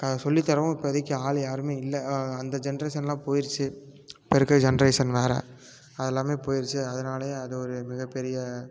கா சொல்லி தரவும் இப்போதைக்கு ஆள் யாரும் இல்லை அந்த ஜென்ரேஷனெலாம் போயிடுச்சு இப்போ இருக்கற ஜென்ரேஷன் வேறு அது எல்லாமே போயிடுச்சு அதனாலையே அது ஒரு மிகப்பெரிய